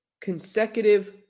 consecutive